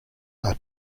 are